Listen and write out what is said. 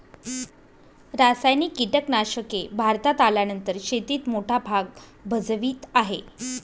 रासायनिक कीटनाशके भारतात आल्यानंतर शेतीत मोठा भाग भजवीत आहे